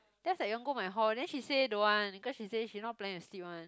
that's like you want go my hall then she say don't want because she say she not planning to sleep one